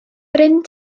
bryn